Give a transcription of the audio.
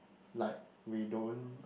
like we don't